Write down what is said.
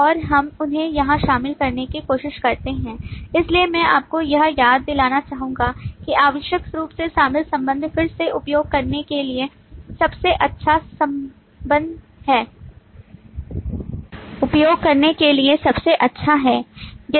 और हम उन्हें यहां शामिल करने की कोशिश करते हैं इसलिए मैं आपको यह याद दिलाना चाहूंगा कि आवश्यक रूप से शामिल संबंध फिर से उपयोग करने के लिए सबसे अच्छा है